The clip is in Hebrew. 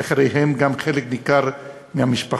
ואחריהם גם חלק ניכר מהמשפחות.